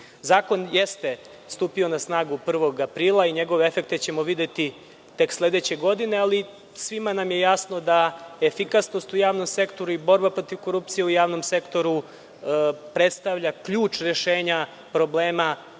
Zakon jeste stupio na snagu 1. aprila i njegove efekte ćemo videti tek sedeće godine, ali svima nam je jasno da efikasnost u javnom sektoru i borba protiv korupcije u javnom sektoru predstavlja ključ rešenja problema